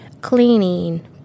cleaning